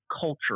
culture